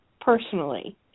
personally